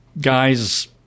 guys